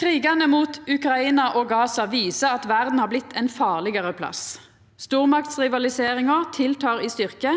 Krigane mot Ukraina og Gaza viser at verda har blitt ein farlegare plass. Stormaktsrivaliseringa aukar i styrke,